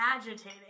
agitating